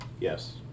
Yes